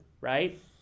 Right